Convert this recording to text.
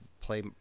play